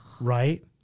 right